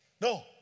No